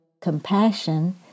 compassion